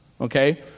Okay